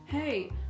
Hey